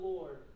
Lord